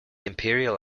imperial